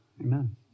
Amen